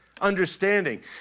understanding